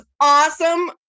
awesome